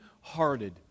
hearted